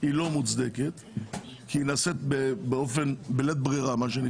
לא מוצדקת כי מבחינת הכנסת זה קורה בלית ברירה.